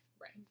Right